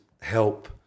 help